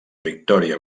victòria